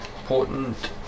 important